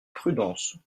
prudence